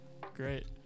Great